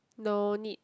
no need